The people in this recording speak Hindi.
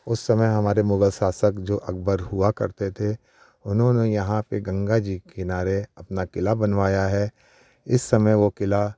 उस समय हमारे मुगल शासक जो अकबर हुआ करते थे उन्होंने यहाँ पर गंगा जी के किनारे अपना किला बनवाया है इस समय वह किला